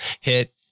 hit